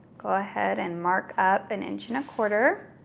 go ahead and mark up an inch and a quarter.